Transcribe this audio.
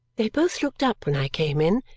they both looked up when i came in,